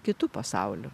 kitu pasauliu